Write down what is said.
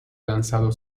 lanzado